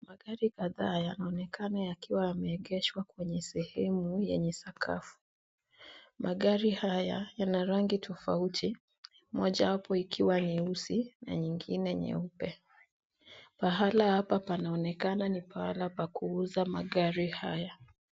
Magari kadhaa yanaonekana yakiwa yameegeshwa kwenye sehemu yenye sakafu. Magari haya yana rangi tofauti moja yapo ikiwa nyeusi na nyingine nyeupe. Pahala hapa panaonekana ni pahala pa kuuuza magari haya.